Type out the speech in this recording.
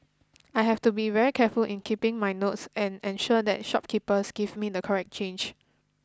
I have to be very careful in keeping my notes and ensure that shopkeepers give me the correct change